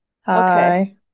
hi